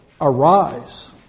arise